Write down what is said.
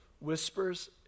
whispers